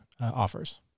offers